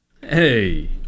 Hey